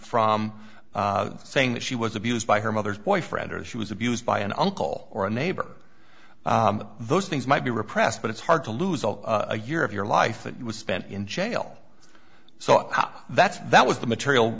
from saying that she was abused by her mother's boyfriend or she was abused by an uncle or a neighbor those things might be repressed but it's hard to lose all year of your life that was spent in jail so that's that was the material